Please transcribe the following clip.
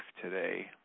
today